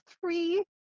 three